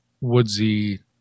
woodsy